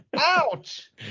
ouch